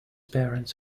parents